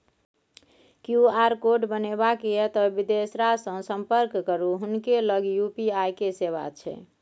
QR code बनेबाक यै तए बिदेसरासँ संपर्क करू हुनके लग यू.पी.आई के सेवा छै